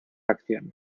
acción